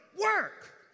work